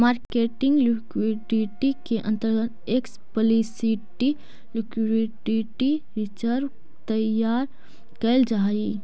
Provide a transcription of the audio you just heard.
marketing liquidity के अंतर्गत explicit liquidity reserve तैयार कैल जा हई